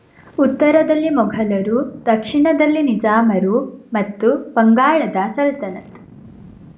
ಉತ್ತರದಲ್ಲಿ ಮೊಘಲರು ದಕ್ಷಿಣದಲ್ಲಿ ನಿಜಾಮರು ಮತ್ತು ಬಂಗಾಳದ ಸಲ್ತನತ್